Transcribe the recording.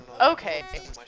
okay